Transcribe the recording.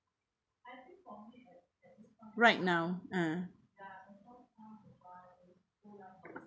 right now uh